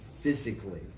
physically